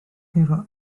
chi